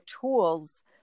tools